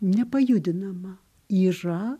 nepajudinama yra